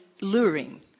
luring